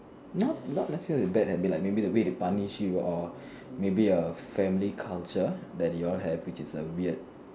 not not necessary bad habit like maybe the way they punish you or maybe a family culture that you'all have which is weird